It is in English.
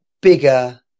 bigger